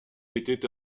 était